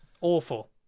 awful